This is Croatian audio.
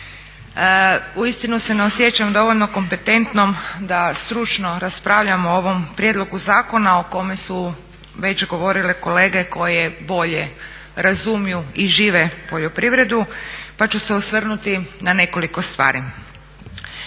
Uistinu ne osjećam dovoljno kompetentnom da stručno raspravljam o ovom prijedlogu zakona o kome su već govorile kolege koje bolje razumiju i žive poljoprivredu pa ću se osvrnuti na nekoliko stvari.